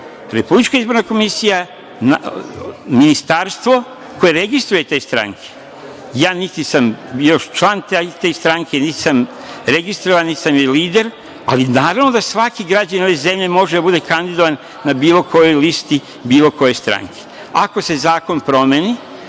Republička izborna komisija, ministarstvo koje registruje te stranke. Ja niti sam bio član te stranke, niti sam registrovan, niti sam lider, ali naravno da svaki građanin ove zemlje može da bude kandidovan na bilo kojoj listi bilo koje stranke. Ako se zakon promeni,